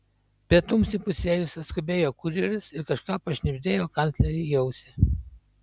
pietums įpusėjus atskubėjo kurjeris ir kažką pašnibždėjo kanclerei į ausį